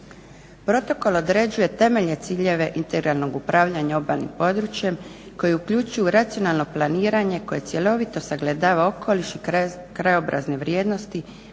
Protokol određuje temeljne ciljeve …/Govornica se ne razumije./… upravljanja obalnim područjem koji uključuju racionalno planiranje koje cjelovito sagledava okoliš i krajobrazne vrijednosti,